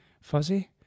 fuzzy